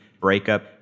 breakup